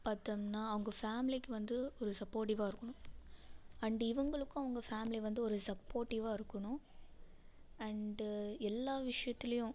பார்த்தம்னா அவங்க ஃபேமிலிக்கு வந்து ஒரு சப்போர்ட்டிவாக இருக்கணும் அண்டு இவங்களுக்கும் அவங்க ஃபேமிலி வந்து ஒரு சப்போர்ட்டிவாக இருக்கணும் அண்டு எல்லா விஷயத்துலையும்